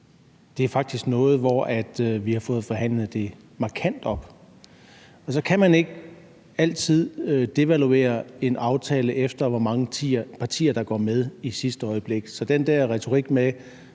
Det er faktisk noget, vi har fået forhandlet markant op. Og så kan man ikke altid devaluere en aftale efter, hvor mange partier der går med i sidste øjeblik. Så det holder ikke